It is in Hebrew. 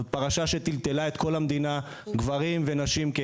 זו פרשה שטלטלה את כל המדינה, נשים וגברים כאחד.